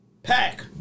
Pack